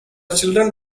children